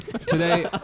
today